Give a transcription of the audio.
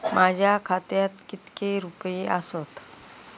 माझ्या खात्यात कितके रुपये आसत?